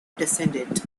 descendant